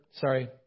sorry